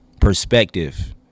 perspective